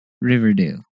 Riverdale